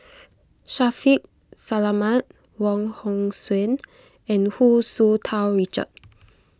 Shaffiq Selamat Wong Hong Suen and Hu Tsu Tau Richard